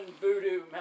Voodoo